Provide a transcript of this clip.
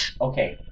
Okay